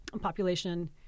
population